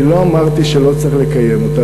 אני לא אמרתי שלא צריך לקיים אותה.